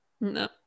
No